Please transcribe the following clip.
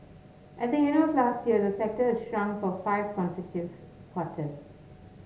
at the end of last year the sector shrunk for five consecutive quarters